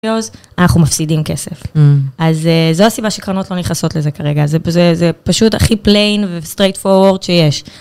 אנחנו מפסידים כסף, אז זו הסיבה שקרנות לא נכנסות לזה כרגע, זה פשוט הכי plain ו-straightforward שיש.